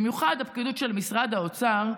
במיוחד הפקידות של משרד האוצר,